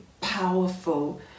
powerful